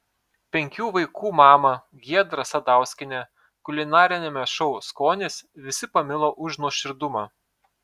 penkių vaikų mamą giedrą sadauskienę kulinariniame šou skonis visi pamilo už nuoširdumą